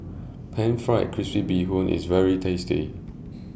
Pan Fried Crispy Bee Hoon IS very tasty